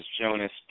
Jonas